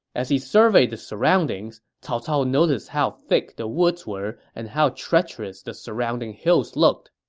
as he surveyed the surroundings, cao cao noticed how thick the woods were and how treacherous the surrounding hills looked.